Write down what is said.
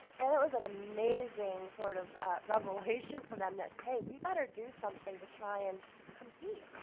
and it was an amazing sort of revelation for them that, hey, we'd better do something to try and compete.